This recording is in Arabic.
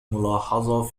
ملاحظة